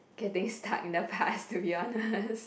getting stuck in the past to be honest